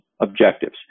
objectives